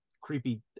creepy